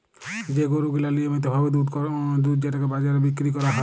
যে গরু গিলা লিয়মিত ভাবে দুধ যেটকে বাজারে বিক্কিরি ক্যরা হ্যয়